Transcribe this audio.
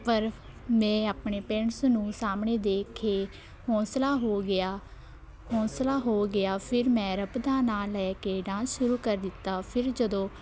ਪਰ ਮੈਂ ਆਪਣੇ ਪੇਰੈਂਟਸ ਨੂੰ ਸਾਹਮਣੇ ਦੇਖ ਕੇ ਹੌਂਸਲਾ ਹੋ ਗਿਆ ਹੌਂਸਲਾ ਹੋ ਗਿਆ ਫਿਰ ਮੈਂ ਰੱਬ ਦਾ ਨਾਂ ਲੈ ਕੇ ਡਾਂਸ ਸ਼ੁਰੂ ਕਰ ਦਿੱਤਾ ਫਿਰ ਜਦੋਂ